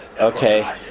okay